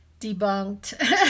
debunked